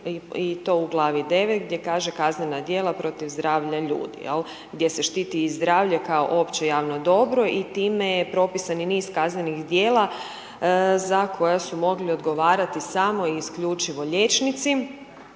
i to u glavi 9., gdje kaže kaznena djela protiv zdravlja ljudi, jel', gdje se štiti i zdravlje kao opće javno dobro i time je propisan i niz kaznenih djela za koja su mogli odgovarati samo i isključivo liječnici,